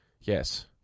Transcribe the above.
Yes